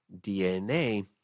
DNA